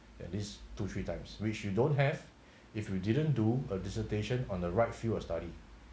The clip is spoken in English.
at least two three times which you don't have if you didn't do a dissertation on the right field of study